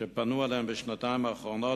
שפנו אליהם בשנתיים האחרונות,